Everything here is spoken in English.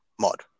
mod